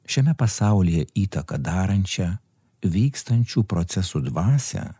šiame pasaulyje įtaką darančią vykstančių procesų dvasią